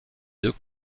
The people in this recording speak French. deux